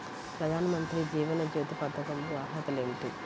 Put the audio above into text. ప్రధాన మంత్రి జీవన జ్యోతి పథకంకు అర్హతలు ఏమిటి?